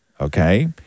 okay